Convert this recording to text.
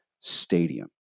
stadium